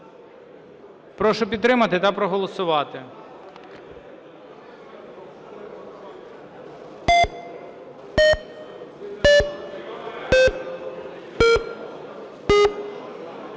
Прошу підтримати та проголосувати.